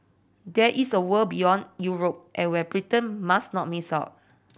there is a world beyond Europe and where Britain must not miss out